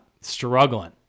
struggling